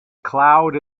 cloud